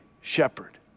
shepherd